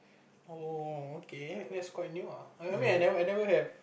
oh okay that's quite new ah I mean I never I never have